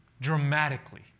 dramatically